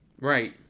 Right